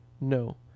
No